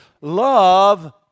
Love